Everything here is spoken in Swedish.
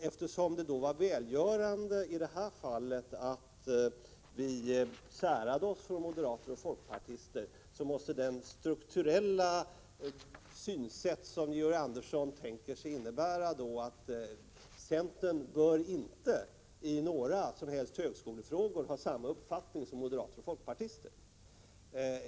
Eftersom det i det här fallet var välgörande att vi skilde oss från moderater och folkpartister måste det strukturella synsätt som Georg Andersson tänker sig innebära att centern inte i några högskolefrågor bör ha samma uppfattning som moderater och folkpartister.